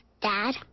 Dad